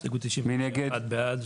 הצבעה בעד,